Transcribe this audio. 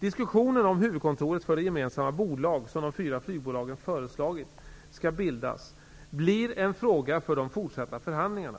Diskussionen om huvudkontoret för det gemensamma bolag som de fyra flygbolagen föreslagit skall bildas, blir en fråga för de fortsatta förhandlingarna.